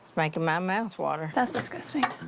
like my mouth water! that's disgusting!